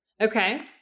Okay